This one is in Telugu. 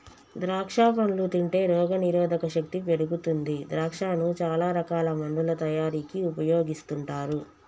ద్రాక్షా పండ్లు తింటే రోగ నిరోధక శక్తి పెరుగుతుంది ద్రాక్షను చాల రకాల మందుల తయారీకి ఉపయోగిస్తుంటారు